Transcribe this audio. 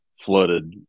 flooded